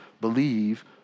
believe